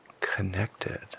connected